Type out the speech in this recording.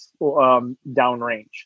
downrange